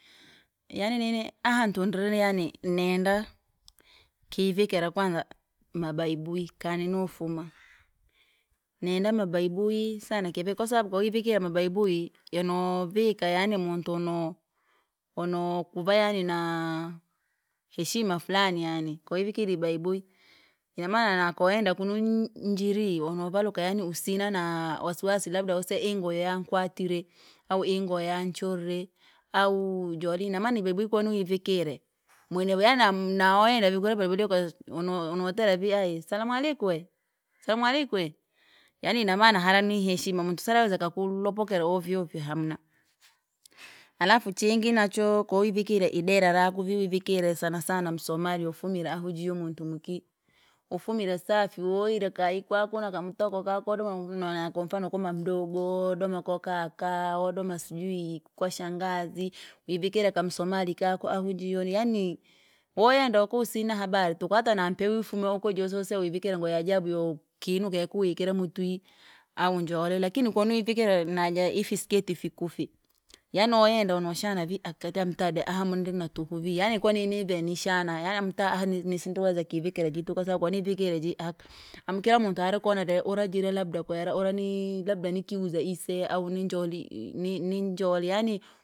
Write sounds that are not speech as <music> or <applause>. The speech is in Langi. Yani nini aha hantu ndiri yani nenda, kivikira kwanza mabaibwi kani nofuma. Nenda mabaibui! Sana kivi kwasaabu koivikere mabaibui yono vika yani muntu no- wonokuva yaani naa heshima fulani yani, koivikire ibaibui. Inamaana nakowoyenda kunu nii njiri wonovaluka yaani usina na wasiwasi labda woseya ihi ngoo yangu kwatire, au ingoo yanchure au joli! Inamaana ibaibui konuivikire, mwenevyo yani naa- nawayenda vi kura <unintelligible> uka- si wono wonotera vii ayi salamwaliko? Wee, salamwalika? Wee, yaani inamaana hara ni heshima muntu saraweza kakulu lopokera hovyo hovyo hamuna. Alafu chingi nochoo kowivikire idera rakuvivi vikire sanasana msomali wafumire ahu jiyo muntu muki, wafumire safi wowire kayi kwaku nakamtako kaku wodoma nonano kwamfano koma mamdogoo! Wadoma kwa kaka, wodoma sijui kwa shangazi, wivikire mamsomali kaku ahujujioli yaani, wayendo oko usina habari tuku hata na mpehuifume iko jiyo swiriseya wivikire ingo yaajabu yo- kinuke kuwi kila mutwi. Au njoole lakini koni ivikire naja ifisiketi fikufi, yani woyenda wendoshana vi aka akata mtada aaha mundri na tuku vii, yani kwanini vyenishana, yani amu ta aha ni- nisindiriweza kivikira kitu kwasababu konivikire jii aka. Amu kira muntu arikona de urajira labda kwera ura nii labda nikiwuza isea, au nijoli nini njoli yani.